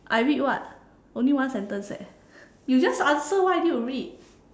I read what only one sentence eh you just answer why I need to read